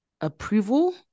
approval